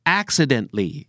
accidentally